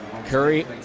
Curry